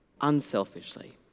unselfishly